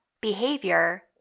behavior